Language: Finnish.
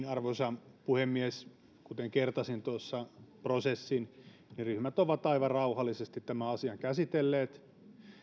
arvoisa puhemies kuten kertasin tuossa prosessin ryhmät ovat aivan rauhallisesti tämän asian käsitelleet